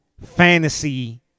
fantasy